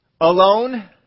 Alone